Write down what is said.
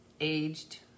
aged